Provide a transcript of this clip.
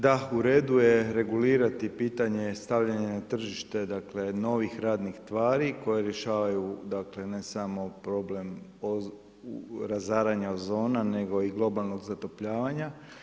Da u redu je regulirati pitanje stavljanja na tržište novih radnih tvari koje rješavaju dakle, ne samo problem razaranja ozona nego i globalnog zatopljavanja.